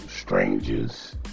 strangers